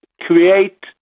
create